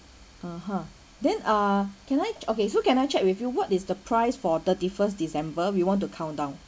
(uh huh) then uh can I okay so can I check with you what is the price for thirty-first december we want to countdown